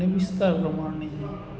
અને વિસ્તાર પ્રમાણેની